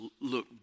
look